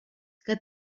que